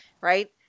Right